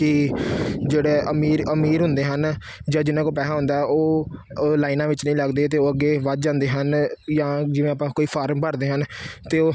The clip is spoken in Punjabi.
ਕਿ ਜਿਹੜੇ ਅਮੀਰ ਅਮੀਰ ਹੁੰਦੇ ਹਨ ਜਾਂ ਜਿੰਨ੍ਹਾਂ ਕੋਲ ਪੈਸਾ ਹੁੰਦਾ ਹੈ ਉਹ ਲਾਈਨਾਂ ਵਿੱਚ ਨਹੀਂ ਲੱਗਦੇ ਅਤੇ ਉਹ ਅੱਗੇ ਵੱਧ ਜਾਂਦੇ ਹਨ ਜਾਂ ਜਿਵੇਂ ਆਪਾਂ ਕੋਈ ਫਾਰਮ ਭਰਦੇ ਹਨ ਤਾਂ ਉਹ